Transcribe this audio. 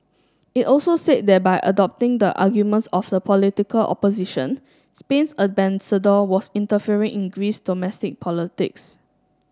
it also said that by adopting the arguments of the political opposition Spain's ambassador was interfering in Greece's domestic politics